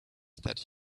that